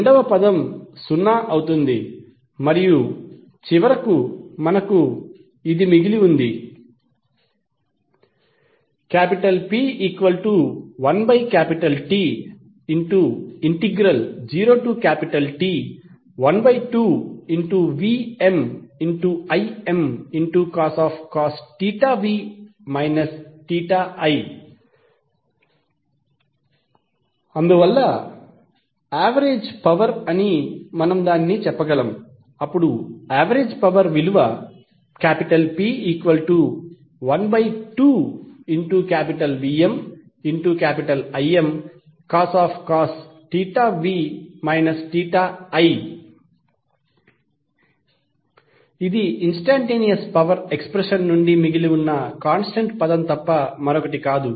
రెండవ పదం సున్నా అవుతుంది మరియు చివరకు మనకు మిగిలి ఉన్నది P1T0T12VmImcos v i అందువల్ల యావరేజ్ పవర్ అని మనం చెప్పగలం P12VmImcos v i ఇది ఇన్స్టంటేనియస్ పవర్ ఎక్స్ప్రెషన్ నుండి మిగిలి ఉన్న కాంస్టెంట్ పదం తప్ప మరొకటి కాదు